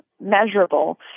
Measurable